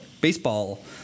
baseball